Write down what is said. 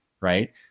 right